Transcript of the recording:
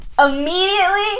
Immediately